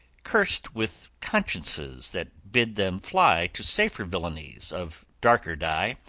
cursed with consciences that bid them fly to safer villainies of darker dye,